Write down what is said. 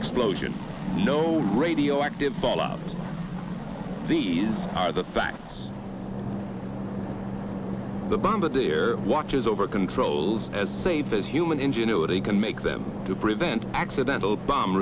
explosion no radioactive fallout these are the facts the bomb but their watches over controls as safe as human ingenuity can make them to prevent accidental bomb